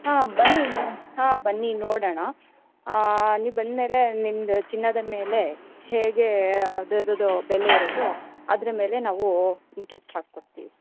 ಹಾಂ ಬನ್ನಿ ಮೇಡಮ್ ಹಾಂ ಬನ್ನಿ ನೋಡೋಣ ಹಾಂ ನೀವು ಬಂದಮೇಲೆ ನಿಮ್ಮದು ಚಿನ್ನದ ಮೇಲೆ ಹೇಗೆ ಅದರದ್ದು ಬೆಲೆ ಇರುತ್ತೋ ಅದರ ಮೇಲೆ ನಾವು ಇಂಟ್ರೆಸ್ಟ್ ಹಾಕಿ ಕೊಡ್ತೀವಿ